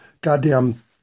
goddamn